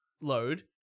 load